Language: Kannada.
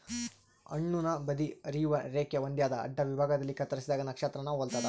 ಹಣ್ಣುನ ಬದಿ ಹರಿಯುವ ರೇಖೆ ಹೊಂದ್ಯಾದ ಅಡ್ಡವಿಭಾಗದಲ್ಲಿ ಕತ್ತರಿಸಿದಾಗ ನಕ್ಷತ್ರಾನ ಹೊಲ್ತದ